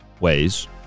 ways